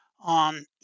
on